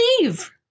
leave